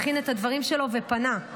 הכין את הדברים שלו ופנה,